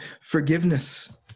forgiveness